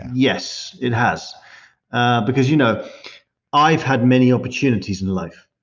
yes. it has because you know i've had many opportunities in life,